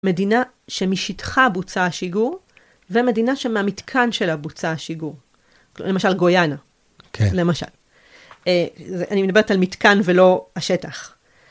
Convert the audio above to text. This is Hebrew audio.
מדינה שמשטחה בוצע השיגור ומדינה שמהמתקן שלה בוצע השיגור. למשל גויאנה. כן. אני מדברת על מתקן ולא השטח.